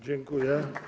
Dziękuję.